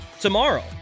tomorrow